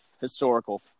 historical